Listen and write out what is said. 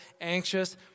anxious